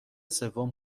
سوم